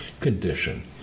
condition